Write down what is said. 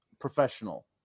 professional